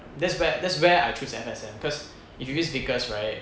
that's where that's where I choose F_S_N cause if you use vickers right